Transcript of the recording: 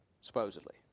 supposedly